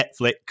Netflix